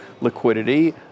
liquidity